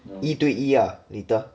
一对一 ah later